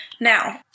Now